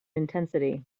intensity